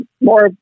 more